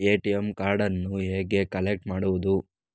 ATM ಕಾರ್ಡನ್ನು ಹೇಗೆ collect ಮಾಡುವುದು?